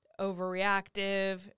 overreactive